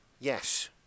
Yes